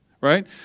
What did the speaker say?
right